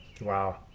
Wow